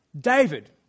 David